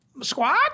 Squat